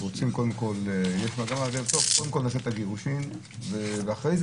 להסדיר קודם כל את הגירושין ואחרי זה